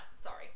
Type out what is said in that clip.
sorry